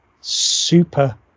super